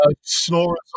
snorers